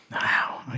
Wow